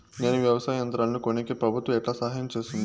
నేను వ్యవసాయం యంత్రాలను కొనేకి ప్రభుత్వ ఎట్లా సహాయం చేస్తుంది?